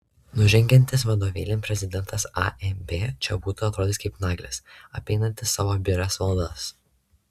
nužengiantis vadovėlin prezidentas amb čia būtų atrodęs kaip naglis apeinantis savo birias valdas